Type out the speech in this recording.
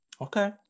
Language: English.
Okay